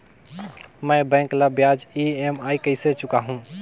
मैं बैंक ला ब्याज ई.एम.आई कइसे चुकाहू?